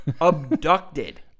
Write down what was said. Abducted